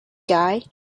guy